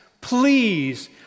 please